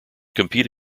compete